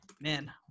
Man